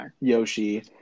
Yoshi